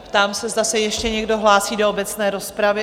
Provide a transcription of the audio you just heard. Ptám se, zda se ještě někdo hlásí do obecné rozpravy?